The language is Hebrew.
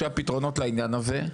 שהפתרונות לעניין הזה,